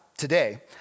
Today